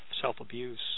self-abuse